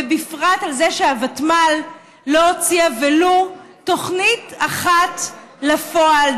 ובפרט על זה שהוותמ"ל לא הוציאה ולו תוכנית אחת לפועל,